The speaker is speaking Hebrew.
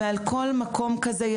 על כל מקום כזה,